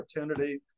opportunity